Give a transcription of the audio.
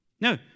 No